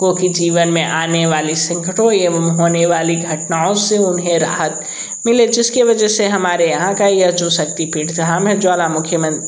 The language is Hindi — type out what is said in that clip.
गो के जीवन में आने वाली संकटों एवं होने वाली घटनाओं से उन्हें राहत मिले जिसकी वजह से हमारे यहाँ का यह जो शक्तिपीठ धाम है ज्वालामुखी मन